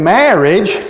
marriage